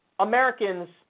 Americans